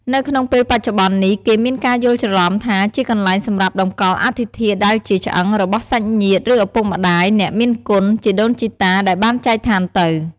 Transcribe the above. នៅក្នុងពេលបច្ចុប្បន្ននេះគេមានការយល់ច្រលំថាជាកន្លែងសម្រាប់តម្កល់អដ្ឋិធាតុ ដែលជាឆ្អឹង របស់សាច់ញាតិ ឬឪពុកម្ដាយ អ្នកមានគុណ ជីដូនជីតាដែលបានចែកឋានទៅ។